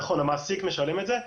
נכון, המעסיק משלם את זה.